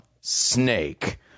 Snake